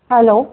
hello